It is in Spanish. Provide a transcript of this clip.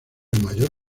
mayor